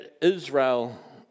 Israel